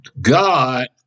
God